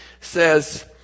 says